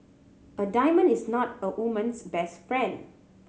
a diamond is not a woman's best friend